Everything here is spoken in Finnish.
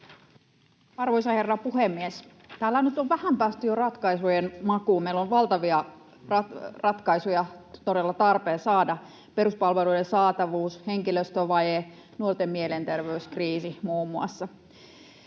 Arvoisa herra puhemies! Täällä nyt on vähän päästy jo ratkaisujen makuun. Meillä on todella tarpeen saada valtavia ratkaisuja: peruspalveluiden saatavuus, henkilöstövaje, nuorten mielenterveyskriisi, muun muassa.